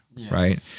right